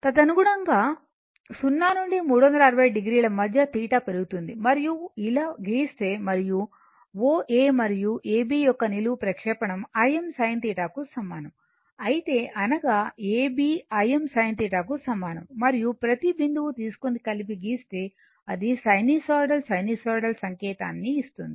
తదనుగుణంగా θ 0 నుండి 360 o మధ్య θ పెరుగుతోంది మరియు ఇలా గీస్తే మరియు O A మరియు A B యొక్క నిలువు ప్రక్షేపణం Im sin θ కు సమానం అయితే అనగా A B Im sin θ కు సమానం మరియు ప్రతి బిందువు తీసుకుని కలిపి గీస్తే అది సైనూసోయిడల్ సంకేతాన్ని ఇస్తుంది